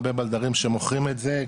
הרבה בלדרים שמוכרים את זה,